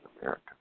America